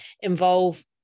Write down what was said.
involve